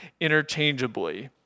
interchangeably